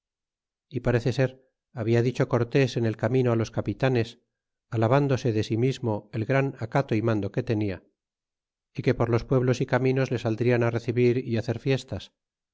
y parece ser habia dicho cortés en el camino los capitanes alabndese de si mismo el gran acato y mando que tenia é que por los pueblos é caminos le saldrian recebir y hacer fiestas